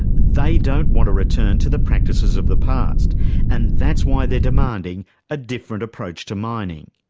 they don't want to return to the practices of the past and that's why they're demanding a different approach to mining.